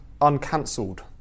uncancelled